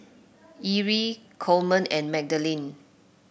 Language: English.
Erie Coleman and Madalynn